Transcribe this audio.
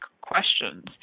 questions